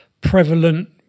prevalent